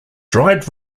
dried